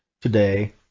today